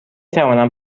توانم